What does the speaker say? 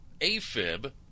AFib